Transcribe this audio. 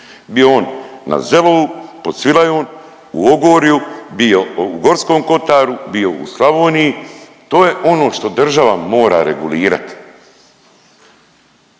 Bio on na selu, pod Svilajom, u Ogorju, bio u Gorskom Kotaru, bio u Slavoniji, to je ono što država mora regulirati.